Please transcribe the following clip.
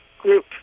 group